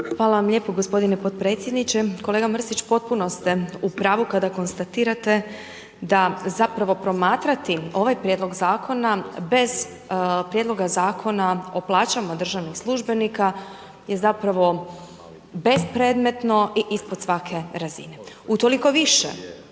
Hvala vam lijepo gospodine potpredsjedniče. Kolega Mrsić, potpuno ste u pravu kada konstatirate da zapravo promatrati ovaj Prijedlog zakona bez prijedloga Zakona o plaćama državnih službenika je zapravo bespredmetno i ispod svake razine. Utoliko više